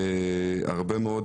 הרבה מאוד